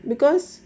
because